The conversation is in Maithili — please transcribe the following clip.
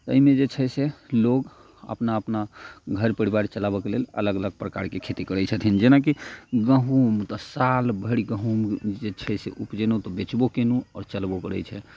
तऽ एहिमे जे छै से लोग अपना अपना घर परिवार चलाबऽके लेल अलग अलग प्रकारके खेती करैत छथिन जेनाकि गहुँम तऽ सालभरि गहुँम जे छै से उपजेलहुँ तऽ बेचबो कयलहुँ आओर चलबो करैत छै